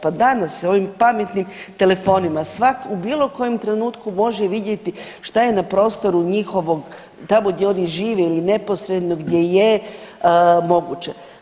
Pa danas se ovim pametnim telefonima u bilo kojem trenutku može vidjeti šta je na prostoru njihovog tamo gdje oni žive ili neposredno gdje je moguće.